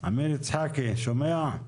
עמיר יצחקי, שומע?